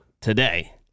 today